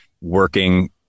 working